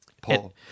Paul